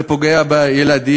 זה פוגע בילדים,